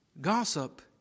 Gossip